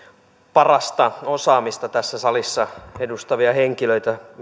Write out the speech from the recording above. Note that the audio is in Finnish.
parasta osaamista tässä salissa edustavia henkilöitä